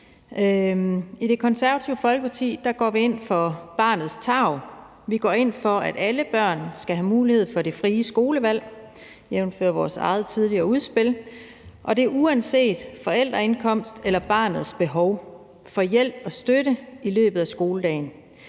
I Det Konservative Folkeparti går vi ind for barnets tarv. Vi går ind for, at alle børn skal have mulighed for det frie skolevalg, jævnfør vores eget tidligere udspil, og det er uanset forældreindkomst eller barnets behov for hjælp og støtte i løbet af skoledagen.